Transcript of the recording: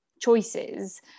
choices